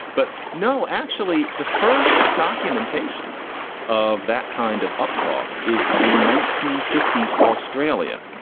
but no, actually, the first documentation of that kind of uptalk is in nineteen fifty s australia.